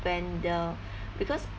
when the because